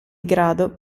grado